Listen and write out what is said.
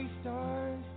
stars